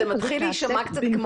אני נשמעת כמו